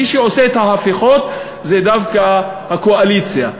מי שעושה את ההפיכות זה דווקא הקואליציה.